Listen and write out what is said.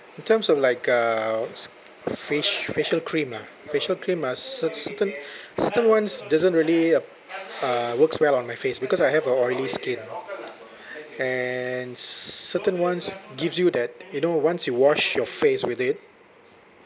in terms of like uh s~ facia~ facial cream lah facial cream ah cer~ certain certain ones doesn't really um uh works well on my face because I have a oily skin and cer~ certain ones gives you that you know once you wash your face with it